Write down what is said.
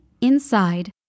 inside